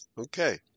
Okay